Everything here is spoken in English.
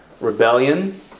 rebellion